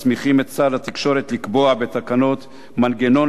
מסמיכים את שר התקשורת לקבוע בתקנות מנגנון